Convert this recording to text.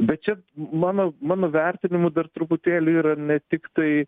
bet čia mano mano vertinimu dar truputėlį yra ne tiktai